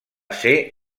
ser